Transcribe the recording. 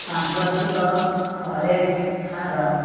ସାମ୍ପ୍ରତିକ ଫରେକ୍ସ ହାର